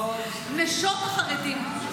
נשות החרדים,